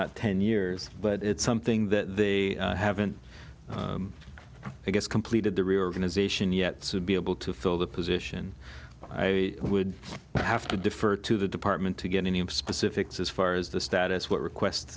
not ten years but it's something that they haven't i guess completed the reorganization yet to be able to fill the position i would have to defer to the department to get any specifics as far as the status what request